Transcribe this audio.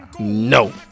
No